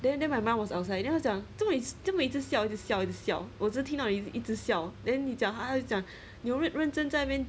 then then my mind was outside then 他讲做么你做么一直笑一直笑我只听到你一直笑 then 你讲他讲你有没有认真在那边